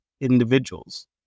individuals